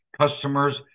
Customers